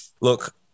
look